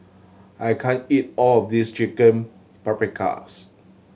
I can't eat all of this Chicken Paprikas